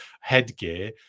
headgear